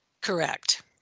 correct